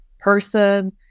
person